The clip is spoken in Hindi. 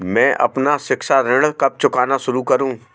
मैं अपना शिक्षा ऋण कब चुकाना शुरू करूँ?